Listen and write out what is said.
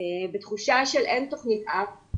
בתחושה של אין תוכנית אב,